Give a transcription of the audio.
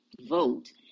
vote